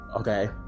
okay